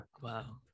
Wow